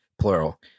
plural